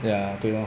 ya 对 lor